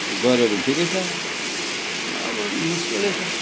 गर्यो भने ठिकै छ नभए मुस्किलै छ